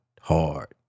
hard